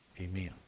Amen